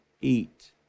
eat